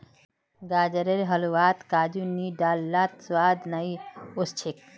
गाजरेर हलवात काजू नी डाल लात स्वाद नइ ओस छेक